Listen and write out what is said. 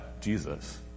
Jesus